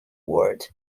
word